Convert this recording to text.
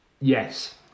Yes